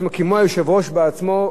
כמו ליושב-ראש בעצמו,